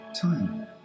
Time